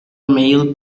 male